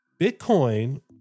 Bitcoin